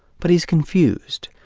but he's confused,